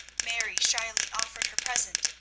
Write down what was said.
mary shyly offered her present,